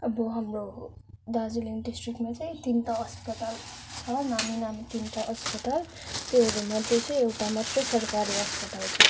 अब हाम्रो दार्जिलिङ डिस्ट्रिक्टमा चाहिँ तिनवटा अस्पताल छ नामी नामी तिनवटा अस्पताल त्योहरू मध्ये चाहिँ एउटा मात्रै सरकारी अस्पताल छ